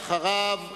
אחריו,